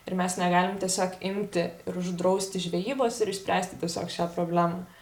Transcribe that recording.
ir mes negalim tiesiog imti ir uždrausti žvejybos ir išspręsti tiesiog šią problemą